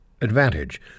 advantage